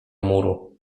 muru